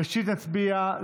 ראשית נצביע,